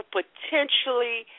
potentially